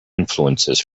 influences